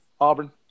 Auburn